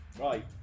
Right